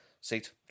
seat